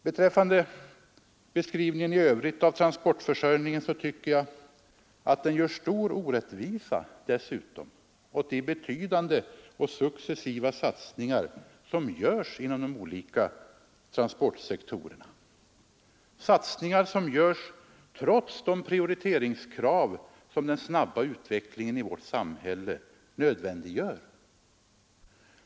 Beträffande beskrivningen i övrigt av transportförsörjningen tycker jag dessutom att den är orättvis genom de betydande och successiva satsningar som görs inom de olika transportsektorerna, satsningar som görs trots de prioriteringskrav som den snabba utvecklingen i vårt samhälle nödvändiggör.